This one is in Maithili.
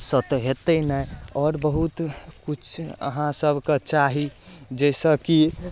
सँ तऽ हेतै नहि आओर बहुत किछु अहाँ सबके चाही जाहिसँ की